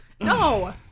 no